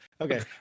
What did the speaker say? okay